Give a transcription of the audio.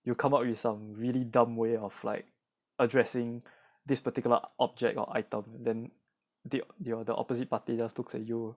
you come up with some really dumb way of like addressing this particular object or item then the opposite party just looks at you